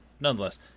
nonetheless